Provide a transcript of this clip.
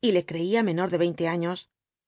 y le creía menor de veinte años